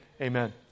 amen